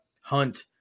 Hunt